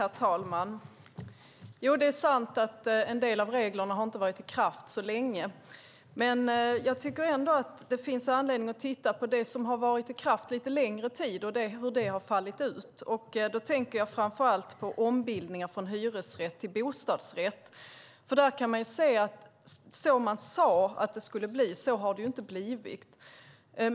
Herr talman! Det är sant att en del av reglerna inte har varit i kraft så länge. Det finns ändå anledning att titta på det som varit i kraft lite längre tid och hur det har fallit ut. Jag tänker då framför allt på ombildningar från hyresrätt till bostadsrätt. Där kan man se att det inte har blivit som man sade att det skulle bli.